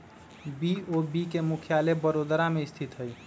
BOB के मुख्यालय बड़ोदरा में स्थित हइ